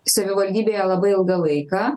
savivaldybėje labai ilgą laiką